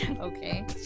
Okay